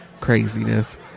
Craziness